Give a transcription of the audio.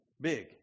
big